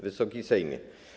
Wysoki Sejmie!